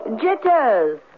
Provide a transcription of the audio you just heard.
Jitters